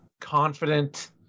confident